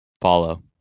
follow